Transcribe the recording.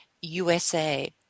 USA